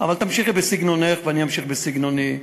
אבל תמשיכי בסגנונך ואני אמשיך בסגנוני.